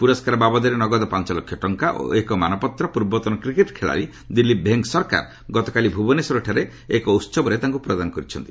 ପୁରସ୍କାର ବାବଦରେ ନଗଦ ପାଞ୍ଚ ଲକ୍ଷ ଟଙ୍କା ଓ ଏକ ମାନପତ୍ର ପୂର୍ବତନ କ୍ରିକେଟ୍ ଖେଳାଳି ଦିଲ୍ଲୀପ ଭେଙ୍କସରକାର ଗତକାଲି ଭୁବନେଶ୍ୱରଠାରେ ଏକ ଉହବରେ ତାଙ୍କୁ ପ୍ରଦାନ କରିଛନ୍ତି